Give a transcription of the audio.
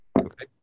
Okay